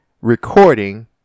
recording